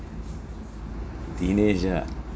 dinesh ah